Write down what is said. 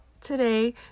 today